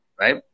right